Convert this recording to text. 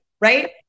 Right